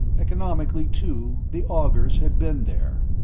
economically, too, the augurs had been there.